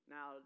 Now